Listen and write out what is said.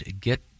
get